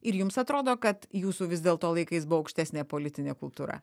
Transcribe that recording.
ir jums atrodo kad jūsų vis dėl to laikais buvo aukštesnė politinė kultūra